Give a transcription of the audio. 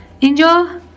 Enjoy